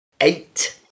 eight